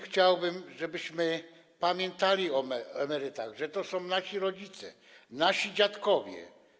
Chciałbym, żebyśmy pamiętali o emerytach, że to są nasi rodzice, nasi dziadkowie.